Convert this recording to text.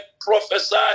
prophesy